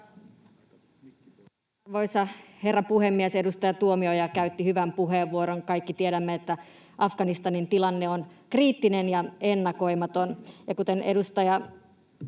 herra puhemies! Edustaja Tuomioja käytti hyvän puheenvuoron. Kaikki tiedämme, että Afganistanin tilanne on kriittinen ja ennakoimaton.